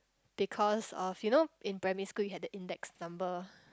because of you know in primary school you had that index number